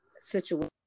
situation